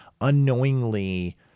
unknowingly